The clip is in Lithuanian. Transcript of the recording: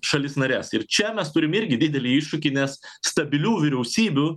šalis nares ir čia mes turim irgi didelį iššūkį nes stabilių vyriausybių